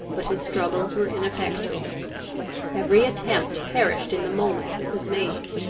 but his struggles were ineffectual every attempt perished in the moment it was made.